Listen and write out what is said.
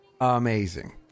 amazing